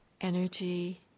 energy